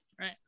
Right